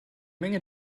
menge